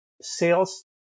sales